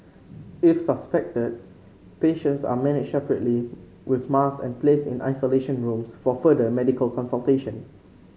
if suspected patients are managed separately with masks and placed in isolation rooms for further medical consultation